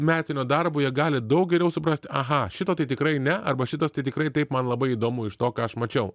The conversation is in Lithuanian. metinio darbo jie gali daug geriau suprasti aha šito tai tikrai ne arba šitas tai tikrai taip man labai įdomu iš to ką aš mačiau